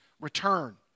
return